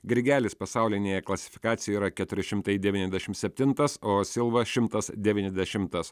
grigelis pasaulinėje klasifikacijoje yra keturi šimtai devyniasdešimt septintas o silva šimtas devyniasdešimtas